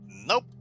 Nope